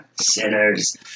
Sinners